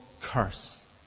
curse